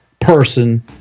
person